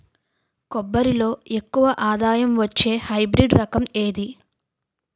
కొబ్బరి లో ఎక్కువ ఆదాయం వచ్చే హైబ్రిడ్ రకం ఏది?